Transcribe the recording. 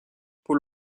paul